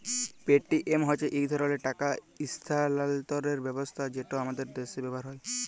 Paytm হছে ইক ধরলের টাকা ইস্থালাল্তরের ব্যবস্থা যেট আমাদের দ্যাশে ব্যাভার হ্যয়